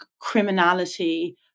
criminality